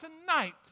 tonight